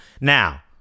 now